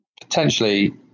potentially